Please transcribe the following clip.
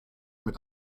mit